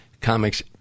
comics